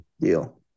Deal